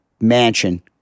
mansion